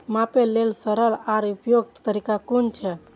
मापे लेल सरल आर उपयुक्त तरीका कुन छै?